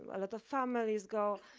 a lot of families go,